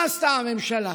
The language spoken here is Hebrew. מה עשתה הממשלה?